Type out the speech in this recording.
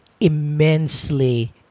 immensely